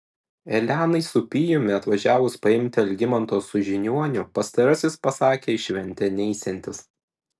elenai su pijumi atvažiavus paimti algimanto su žiniuoniu pastarasis pasakė į šventę neisiantis